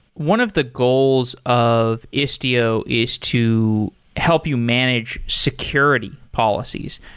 one of the goals of istio is to help you manage security policies.